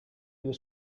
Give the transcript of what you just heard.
due